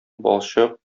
балчык